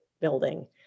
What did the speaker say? building